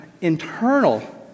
internal